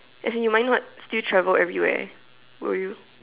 as in you might not still travel everywhere will you